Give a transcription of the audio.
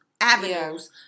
avenues